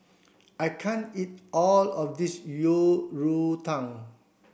I can't eat all of this Yang Rou Tang